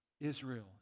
Israel